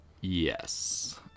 Yes